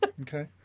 Okay